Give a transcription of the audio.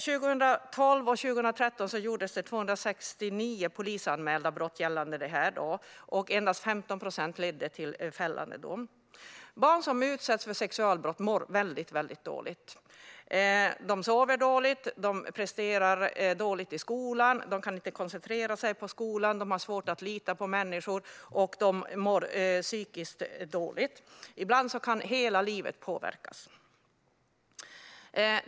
År 2012 och 2013 var det 269 polisanmälda brott gällande detta. Endast 15 procent ledde till fällande dom. Barn som utsätts för sexualbrott mår väldigt dåligt. De sover dåligt. De presterar dåligt i skolan. De kan inte koncentrera sig på skolan. De har svårt att lita på människor. De mår psykiskt dåligt. Ibland kan hela livet påverkas.